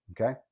okay